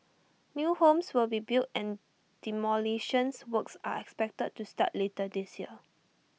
new homes will be built and demolition works are expected to start later this year